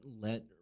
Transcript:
let